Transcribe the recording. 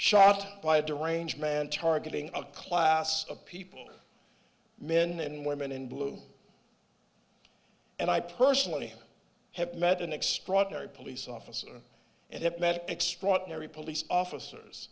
shot by a doraine man targeting a class of people men and women in blue and i personally have met an extraordinary police officer and it met extraordinary police officers